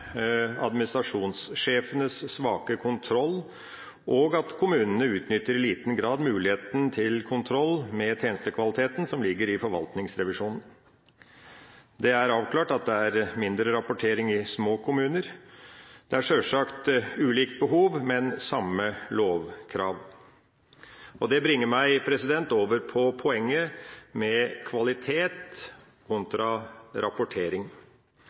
administrasjonssjefenes svake kontroll, og at kommunene i liten grad utnytter muligheten til kontroll med den tjenestekvaliteten som ligger i forvaltningsrevisjonen. Det er avklart at det er mindre rapportering i små kommuner. Det er sjølsagt ulikt behov, men samme lovkrav. Det bringer meg over på poenget med kvalitet kontra rapportering.